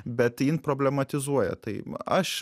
bet jin problematizuoja tai aš